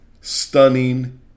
stunning